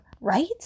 right